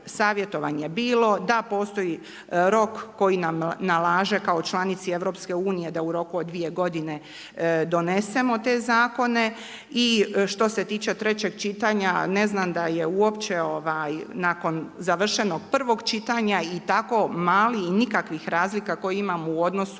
savjetovanje bilo, da postoji rok koji nam nalaže kao članici EU, da u roku od 2 godine donesemo te zakone i što se tiče 3 čitanja, ne znam da je uopće, nakon završenog prvog čitanja i tako mali i nikakvih razlika koje imamo u odnosu